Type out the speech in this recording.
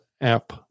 app